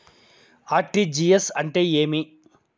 RTGS అంటే ఏమి